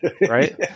right